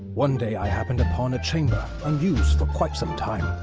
one day i happened upon a chamber, unused for quite some time.